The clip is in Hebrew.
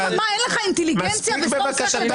אין לך אינטליגנציה --- מספיק בבקשה.